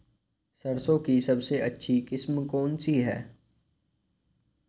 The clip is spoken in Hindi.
सरसों की सबसे अच्छी किस्म कौन सी है?